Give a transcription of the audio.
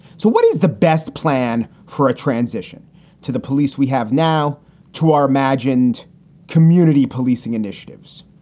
so what is the best plan for a transition to the police? we have now to our imagined community policing initiatives.